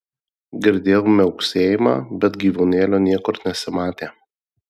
girdėjau miauksėjimą bet gyvūnėlio niekur nesimatė